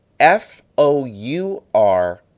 f-o-u-r